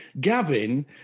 Gavin